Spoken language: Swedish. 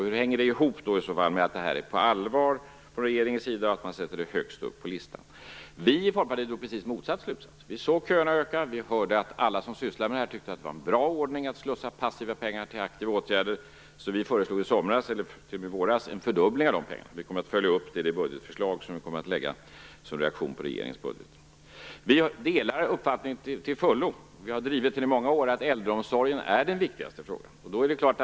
Hur hänger det ihop med att detta är allvar från regeringens sida och med att man sätter det högst på listan? Vi inom Folkpartiet drog den rakt motsatta slutsatsen. Vi såg köerna öka. Vi hörde att alla som sysslar med detta tyckte att det var en bra ordning att slussa passiva pengar till aktiva åtgärder, så vi föreslog i somras, eller t.o.m. i våras, en fördubbling av pengarna. Vi kommer att följa upp detta i det budgetförslag som vi kommer att lägga fram som reaktion på regeringens budget. Vi delar till fullo uppfattningen, och vi har drivit den i många år, att äldreomsorgen är den viktigaste frågan.